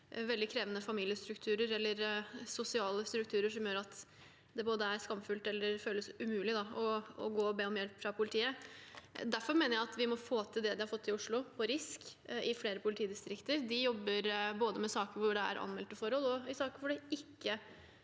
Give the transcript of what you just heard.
veldig krevende familiestrukturer eller sosiale strukturer som gjør at det er skamfullt eller føles umulig å gå og be om hjelp fra politiet. Derfor mener jeg at vi må få til det de har fått til i Oslo, med RISK, i flere politidistrikter. De jobber med både saker hvor det er anmeldt forhold, og saker hvor det ikke